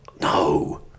no